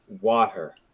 water